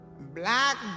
black